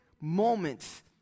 moments